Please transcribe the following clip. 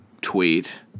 tweet